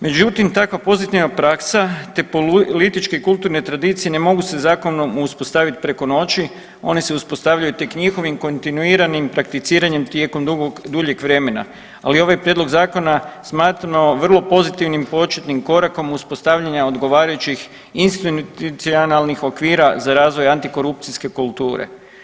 Međutim, takva pozitivna praksa, te političke i kulturne tradicije ne mogu se zakonom uspostavit preko noći, one se uspostavljaju tek njihovim kontinuiranim takticiranjem tijekom duljeg vremena, ali ovaj prijedlog zakona smatramo vrlo pozitivnim početnim korakom uspostavljanja odgovarajućih institucionalnih okvira za razvoj antikorupcijske kulture.